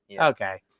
okay